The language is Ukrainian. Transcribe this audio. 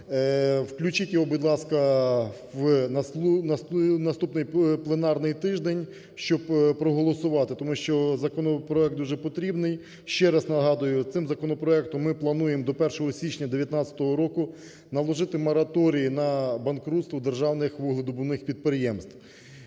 Включіть його, будь ласка, на наступний пленарний тиждень, щоб проголосувати, тому що законопроект дуже потрібний. Ще раз нагадую, цим законопроектом ми плануємо до 1 січня 2019 року наложити мораторій на банкрутство державних вугледобувних підприємств.